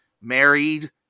married